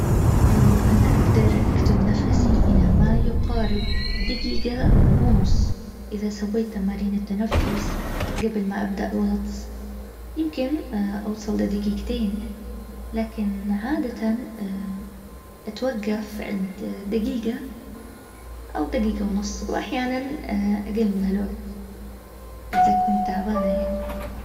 انا اقدر اكتم نفسي الي ما يقارب دقيقه ونص اءا سويت تمارين التنفس قبل ما ابدا الغطس يمكن اوصل لدقيقتين لاكن عاده اتوقف عند دقيقه او دقيقه ونص واحيانا اقل من هذا الوقت اذا كنت تعبانه يعني